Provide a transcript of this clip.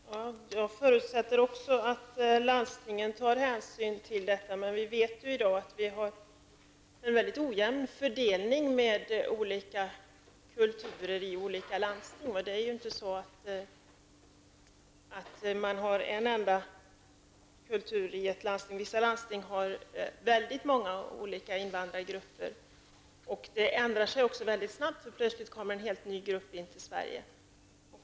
Herr talman! Jag förutsätter också att landstingen tar hänsyn till detta. Men vi vet i dag att det finns en mycket ojämn fördelning av kulturer i olika landsting. Det är inte så att det finns endast en kultur i ett landsting. I vissa landsting finns många olika invandrargrupper. Situationen kan också ändra sig mycket snabbt. Plötsligt kommer en helt ny folkgrupp till Sverige.